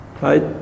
Right